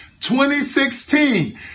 2016